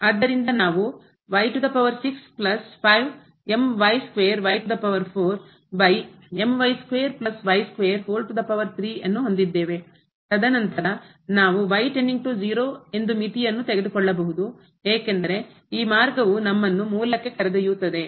ಆದ್ದರಿಂದ ನಾವು ತದನಂತರ ನಾವು ಎಂದು ಮಿತಿಯನ್ನು ತೆಗೆದುಕೊಳ್ಳಬಹುದು ಏಕೆಂದರೆ ಈ ಮಾರ್ಗವು ನಮ್ಮನ್ನು ಮೂಲಕ್ಕೆ ಕರೆದೊಯ್ಯುತ್ತದೆ